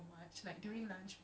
okay okay okay